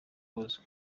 buzwi